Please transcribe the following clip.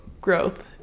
growth